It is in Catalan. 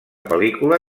pel·lícula